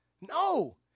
No